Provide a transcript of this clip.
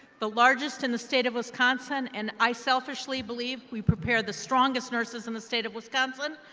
the largest in the state of wisconsin and i selfishly believe we prepare the strongest nurses in the state of wisconsin,